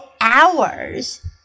hours